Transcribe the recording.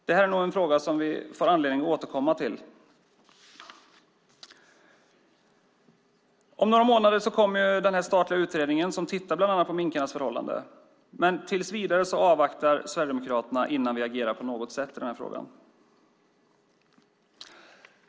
Det här är nog en fråga som vi får anledning att återkomma till. Om några månader kommer ju den statliga utredning där man bland annat tittar på minkarnas förhållanden. Men tills vidare avvaktar Sverigedemokraterna. Det gör vi innan vi agerar på något sätt i den här frågan.